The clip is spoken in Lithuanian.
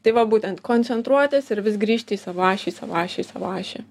tai va būtent koncentruotis ir vis grįžti į savo ašį į savo ašį į savo ašį